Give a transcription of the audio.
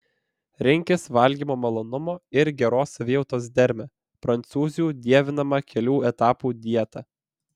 rinkis valgymo malonumo ir geros savijautos dermę prancūzių dievinamą kelių etapų dietą